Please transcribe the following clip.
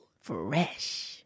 Fresh